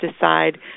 decide